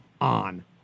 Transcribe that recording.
on